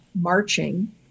marching